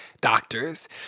doctors